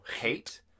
hate